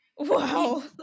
Wow